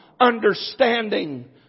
understanding